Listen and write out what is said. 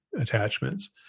attachments